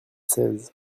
seize